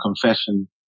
confession